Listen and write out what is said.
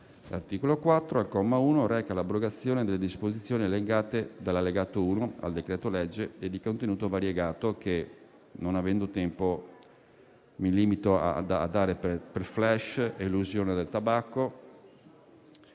L'articolo 4, al comma 1, reca l'abrogazione delle disposizioni di cui all'Allegato 1 al decreto-legge e di contenuto variegato che, non avendo tempo, mi limito a elencare: elusione della